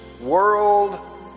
world